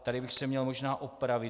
A tady bych se měl možná opravit.